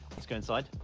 let's go inside.